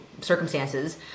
circumstances